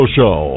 Show